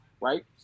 right